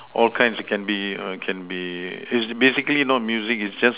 all kinds it can be err can be is basically not music is just